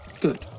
good